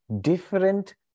different